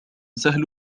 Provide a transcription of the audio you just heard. سهل